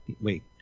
Wait